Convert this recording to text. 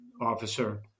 officer